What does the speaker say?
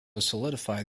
solidify